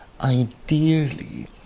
ideally